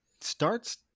starts